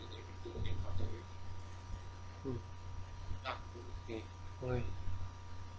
mm okay